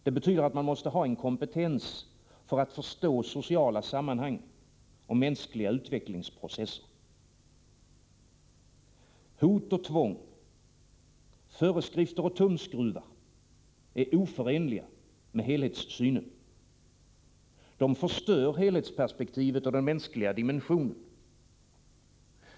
Det betyder att man måste ha en kompetens för att förstå sociala sammanhang och mänskliga utvecklingsprocesser. Hot och tvång, föreskrifter och tumskruvar, är oförenliga med helhetssynen. De förstör helhetsperspektivet och den mänskliga dimensionen.